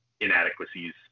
inadequacies